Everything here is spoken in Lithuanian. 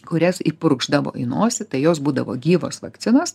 kurias įpurkšdavo į nosį tai jos būdavo gyvos vakcinos